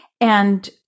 And-